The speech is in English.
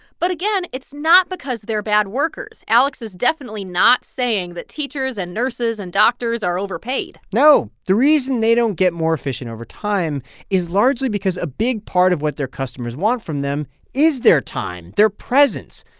but, again, it's not because they're bad workers. alex is definitely not saying that teachers and nurses and doctors are overpaid no. the reason they don't get more efficient over time is largely because a big part of what their customers want from them is their time, their presence.